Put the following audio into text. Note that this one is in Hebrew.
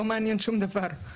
לא מעניין שום דבר.